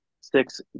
six